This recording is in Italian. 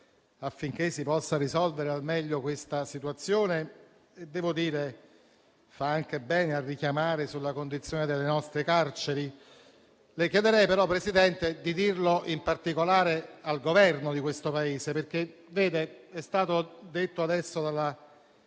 affinché si possa risolvere al meglio questa situazione e devo dire che fa anche bene a richiamare l'attenzione sulla condizione delle nostre carceri. Le chiederei, però, Presidente, di dirlo in particolare al Governo di questo Paese - come è stato detto adesso dalla senatrice